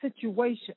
situation